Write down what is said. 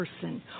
person